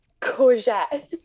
courgette